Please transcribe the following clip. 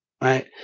right